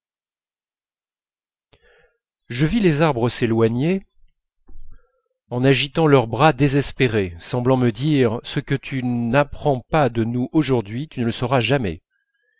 je vis les arbres s'éloigner en agitant leurs bras désespérés semblant me dire ce que tu n'apprends pas de nous aujourd'hui tu ne le sauras jamais